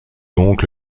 donc